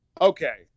Okay